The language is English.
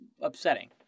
upsetting